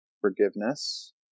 forgiveness